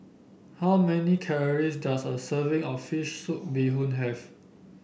how many calories does a serving of fish soup Bee Hoon have